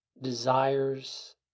desires